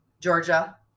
Georgia